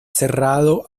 cerrado